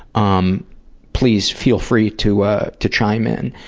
um please feel free to ah to chime in.